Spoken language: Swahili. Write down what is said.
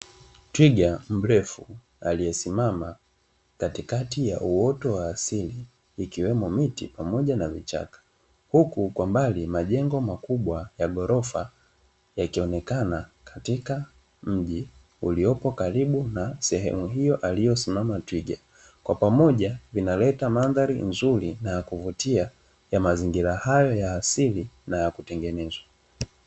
Twiga mrefu aliyesimama katikati ya uuoyto wa asili ikiwemo miti pamoja na vichaka huku kwa mbali majengo makubwa ya gorofa yakionekana katika mji, uliopo karibu na sehemu hiyo aliyosimama twiga. Kwa pamoja inaleta mandhari nzuri na kuvutia ya mazingira hayo ya asili na ya kutengeneza.